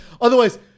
otherwise